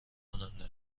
کننده